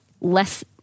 less